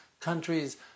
countries